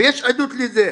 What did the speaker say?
ויש עדות לזה.